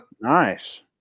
Nice